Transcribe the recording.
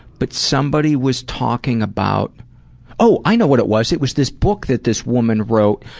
but somebody was talking about oh i know what it was. it was this book that this woman wrote.